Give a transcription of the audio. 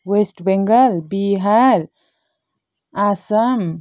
West Bengal Bihar Assam